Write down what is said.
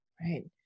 right